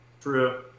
True